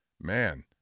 man